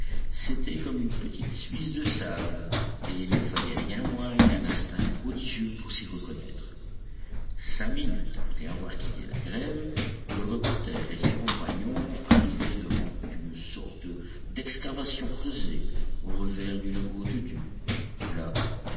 c'était comme une petite suisse de sable et il ne fallait rien moins qu'un instinct prodigieux pour s'y reconnaître cinq minutes après avoir quitté la grève le reporter et ses compagnons arrivaient devant une sorte d'excavation creusée au revers d'une haute dune là